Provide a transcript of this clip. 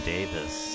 Davis